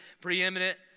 preeminent